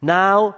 Now